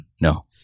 No